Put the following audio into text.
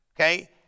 okay